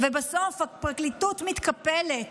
ובסוף הפרקליטות מתקפלת